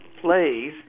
plays